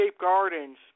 gardens